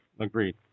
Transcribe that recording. Agreed